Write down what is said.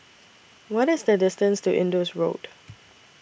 What IS The distance to Indus Road